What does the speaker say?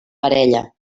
parella